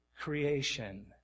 creation